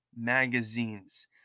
magazines